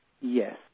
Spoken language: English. yes